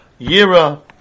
Yira